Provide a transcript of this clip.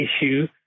issue